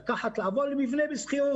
אלא לעבור ולשכור מבנה אחר,